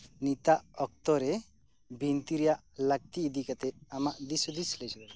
ᱱᱤᱛᱟᱜ ᱚᱠᱛᱚᱨᱮ ᱵᱤᱱᱛᱤᱨᱮᱭᱟᱜ ᱞᱟᱹᱠᱛᱤ ᱤᱫᱤᱠᱟᱛᱮ ᱟᱢᱟᱜ ᱫᱤᱥᱦᱩᱫᱤᱥ ᱞᱟᱹᱭ ᱥᱚᱫᱚᱨ ᱢᱮ